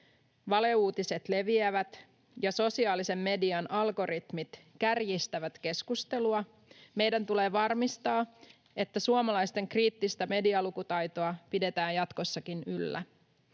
valeuutiset leviävät ja sosiaalisen median algoritmit kärjistävät keskustelua, meidän tulee varmistaa, että suomalaisten kriittistä medialukutaitoa pidetään jatkossakin yllä.